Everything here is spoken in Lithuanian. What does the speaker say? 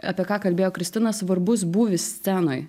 apie ką kalbėjo kristina svarbus būvis scenoj